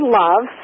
love